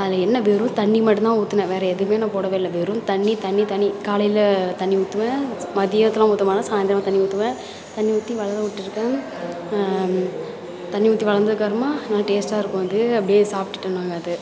அதில் என்ன வெறும் தண்ணி மட்டும்தான் ஊற்றுனேன் வேறு எதுவுமே நான் போடவே இல்லை வெறும் தண்ணி தண்ணி தண்ணி காலையில் தண்ணி ஊற்றுவேன் மதியத்திலலாம் ஊற்ற மாட்டேன் சாய்ந்திரம் தண்ணி ஊற்றுவேன் தண்ணி ஊற்றி வளர விட்டுருக்கேன் தண்ணி ஊற்றி வளர்ந்ததுக்கப்பறமா நல்லா டேஸ்ட்டாக இருக்கும் அது அப்படியே சாப்பிடுட்டேன் நாங்கள் அது